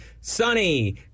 sunny